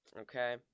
Okay